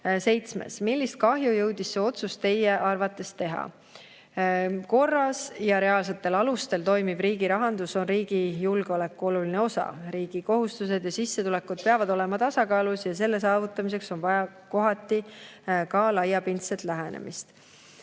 Seitsmes: "Millist kahju jõudis see otsus teie arvates teha?" Korras ja reaalsetel alustel toimiv riigirahandus on riigi julgeoleku oluline osa. Riigi kohustused ja sissetulekud peavad olema tasakaalus ja selle saavutamiseks on vaja kohati ka laiapindset lähenemist.